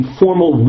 formal